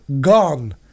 gone